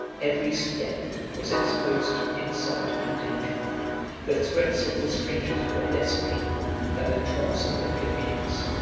every step was exposed to insult and danger the threats of the strangers were less painful than the taunts of the plebeians,